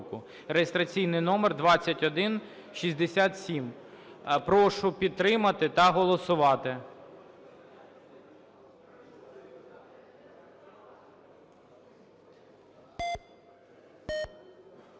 (реєстраційний номер 2167). Прошу підтримати та голосувати.